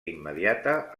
immediata